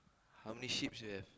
how many sheep's you have